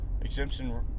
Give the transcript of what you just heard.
exemption